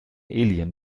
alien